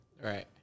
right